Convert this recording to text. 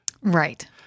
Right